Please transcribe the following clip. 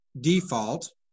default